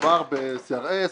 שמדובר ב-CRS.